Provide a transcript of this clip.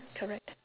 correct